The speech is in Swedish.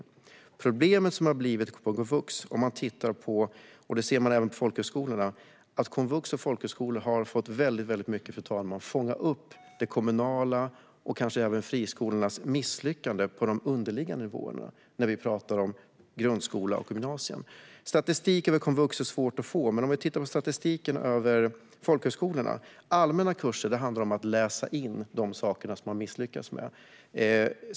De problem som har uppkommit inom komvux och även inom folkhögskolorna beror på att de har fått fånga upp många av de kommunala skolornas och kanske även friskolornas misslyckanden på de underliggande nivåerna, när vi talar om grundskola och gymnasium. Det är svårt att få statistik för komvux. Men man kan titta på statistik för folkhögskolorna. Allmänna kurser handlar om att läsa in de saker som man har misslyckats med.